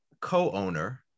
co-owner